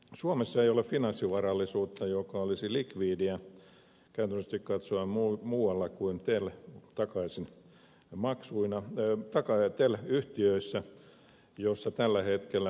suomessa ei ole finanssivarallisuutta joka olisi likvidiä käytännöllisesti katsoen muualla kuin takaisinmaksuina tel yhtiöissä joissa tällä hetkellä osakepaino on perin alhainen